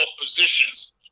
positions